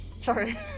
Sorry